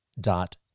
dot